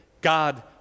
God